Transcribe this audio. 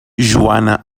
joana